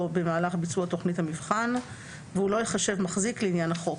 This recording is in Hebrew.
במהלך ביצוע תכנית המבחן והוא לא ייחשב מחזיק לעניין החוק."